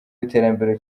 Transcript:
w’iterambere